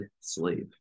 slave